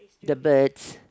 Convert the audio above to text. the birds